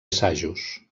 assajos